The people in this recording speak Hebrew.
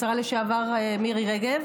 השרה לשעבר מירי רגב.